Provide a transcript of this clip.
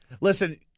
Listen